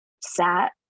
sat